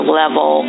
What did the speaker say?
level